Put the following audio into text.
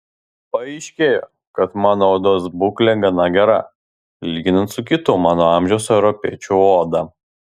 paaiškėjo kad mano odos būklė gana gera lyginant su kitų mano amžiaus europiečių oda